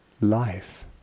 life